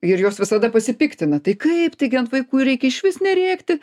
ir jos visada pasipiktina tai kaip taigi ant vaikų ir reikia išvis nerėkti